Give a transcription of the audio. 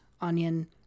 onion